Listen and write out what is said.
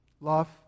love